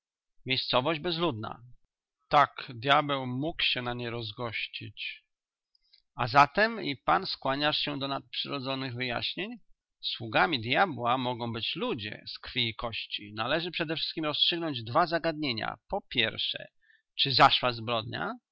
miejscowość bezludna tak dyabeł mógł się na niej rozgościć a zatem i pan skłaniasz się do nadprzyrodzonych wyjaśnień sługami dyabła mogą być ludzie z krwi i kości należy przedewszystkiem rozstrzygnąć dwa zagadnienia popierwsze czy zaszła zbrodnia